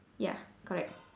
ya correct